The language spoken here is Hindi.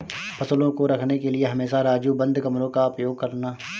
फसलों को रखने के लिए हमेशा राजू बंद कमरों का उपयोग करना